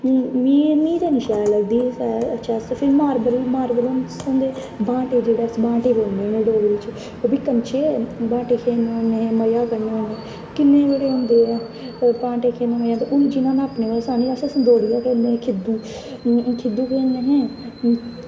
मीं ते नी शैल लगदी चैस मार्बलस होंदे बाटें जिसी बांटे बोलने होंदे डोगरी च ओह्बी कंच बांटे खेलने होने मज़ा करने होने किन्ने बड़े होंदे ओह् बांटे खेलने होन्ने हून जियां में बारै सनानी सतोलियां खेलनी खिदिदू खिध्दू खेलने